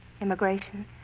Immigration